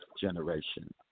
generation